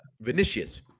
Vinicius